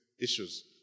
issues